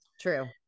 true